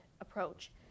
approach